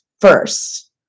first